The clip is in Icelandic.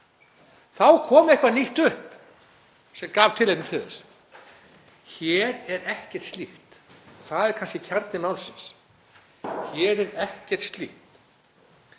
þá kom eitthvað nýtt upp sem gaf tilefni til þess. Hér er ekkert slíkt. Það er kannski kjarni málsins. Hér er ekkert slíkt.